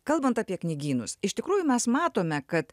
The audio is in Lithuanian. kalbant apie knygynus iš tikrųjų mes matome kad